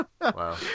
Wow